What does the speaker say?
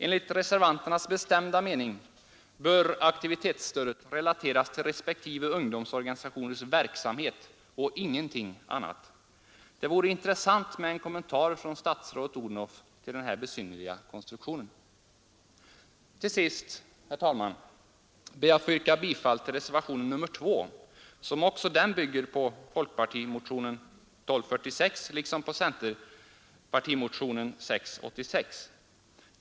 Enligt reservanternas bestämda mening bör aktivitetsstödet relateras till respektive ungdomsorganisationers verksamhet och ingenting annat. Det vore intressant med en kommentar från statsrådet Odhnoff till den här besynnerliga konstruktionen. Till sist, herr talman, ber jag att få yrka bifall till reservationen 2, som också den bygger på folkpartimotionen 1246 liksom på centerpartimotionen 686.